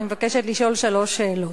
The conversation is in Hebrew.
אני מבקשת לשאול שלוש שאלות: